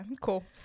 cool